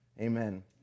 Amen